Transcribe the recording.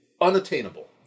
unattainable